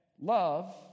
love